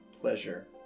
pleasure